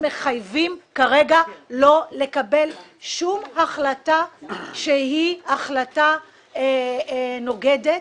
מחייבים כרגע לא לקבל שום החלטה שהיא החלטה נוגדת